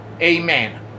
Amen